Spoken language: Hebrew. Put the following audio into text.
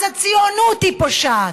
אז הציונות היא פושעת.